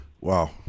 Wow